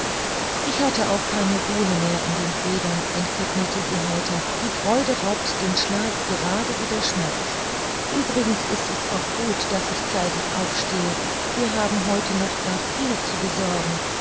ich hatte auch keine ruhe mehr in den federn entgegnete sie heiter die freude raubt den schlaf gerade wie der schmerz uebrigens ist es auch gut daß ich zeitig aufstehe wir haben heute noch gar viel zu besorgen